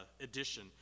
edition